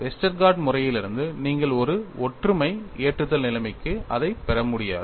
Westergaard முறையிலிருந்து நீங்கள் ஒரு ஒற்றுமை ஏற்றுதல் நிலைமைக்கு அதைப் பெற முடியாது